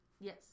Yes